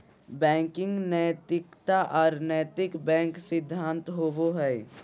banking नैतिकता और नैतिक बैंक सिद्धांत होबो हइ